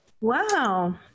Wow